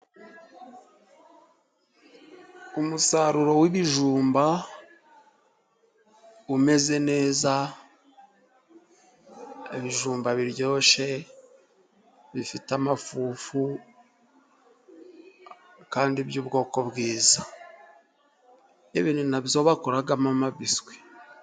Umusaruro w'ibijumba, umeze neza ibijumba biryoshye bifite amafufu kandi by'ubwoko bwiza, ibi ni na byo bakoramo biswi.